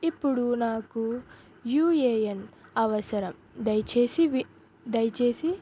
ఇప్పుడు నాకు యూఏఎన్ అవసరం దయచేసి దయచేసి